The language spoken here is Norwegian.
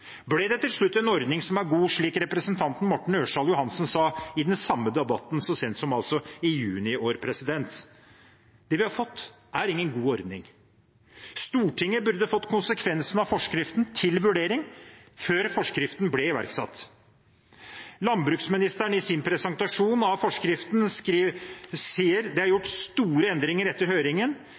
Ble det til slutt «en ordning som er god», slik representanten Morten Ørsal Johansen sa i den samme debatten, altså så sent som i juni i år? Det vi har fått, er ingen god ordning. Stortinget burde fått konsekvensene av forskriften til vurdering før den ble iverksatt. Landbruksministeren sa i sin presentasjon av forskriften: «Det er gjort store endringer etter høringen.»